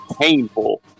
painful